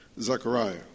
Zechariah